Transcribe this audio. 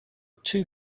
two